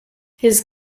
his